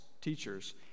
teachers